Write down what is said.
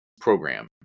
program